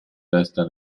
testa